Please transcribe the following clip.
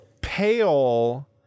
pale